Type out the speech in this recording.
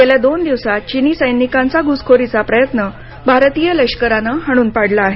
गेल्या दोन दिवसांत चिनी सैनिकांचा घुसखोरीचा प्रयत्न भारतीय लष्करानं हाणून पाडला आहे